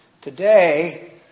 Today